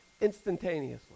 instantaneously